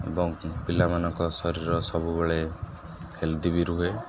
ଏବଂ ପିଲାମାନଙ୍କ ଶରୀର ସବୁବେଳେ ହେଲ୍ଦି ବି ରୁହେ